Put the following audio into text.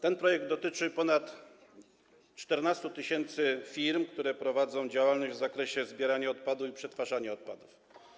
Ten projekt dotyczy ponad 14 tys. firm, które prowadzą działalność w zakresie zbierania odpadów i przetwarzania odpadów.